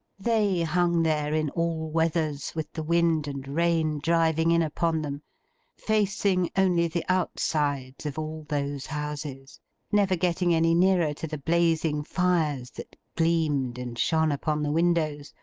they hung there, in all weathers, with the wind and rain driving in upon them facing only the outsides of all those houses never getting any nearer to the blazing fires that gleamed and shone upon the windows,